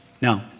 Now